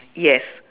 yes